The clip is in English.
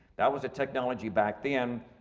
that was a technology back then.